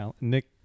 nick